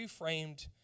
reframed